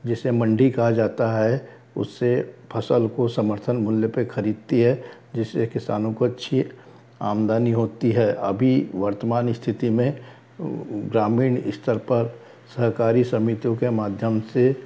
जिसे मंडी कहा जाता है उसे फसल को समर्थन मूल्य पर खरीदती है जिससे किसानों को अच्छी आमदनी होती है अभी वर्तमान स्तिथि में ग्रामीण स्तर पर सरकारी समितियों के माध्यम से